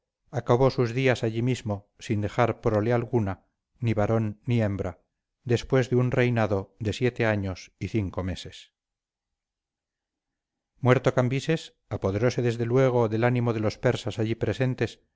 acabó sus días allí mismo sin dejar prole alguna ni varón ni hembra después de un reinado de siete años y cinco meses muerto cambises apoderóse desde luego del ánimo de los persas allí presentes